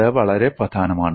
അത് വളരെ പ്രധാനമാണ്